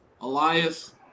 Elias